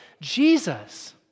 Jesus